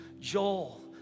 Joel